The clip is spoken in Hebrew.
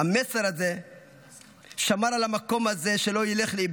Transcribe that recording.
המסר הזה שמר על המקום הזה, שלא ילך לאיבוד.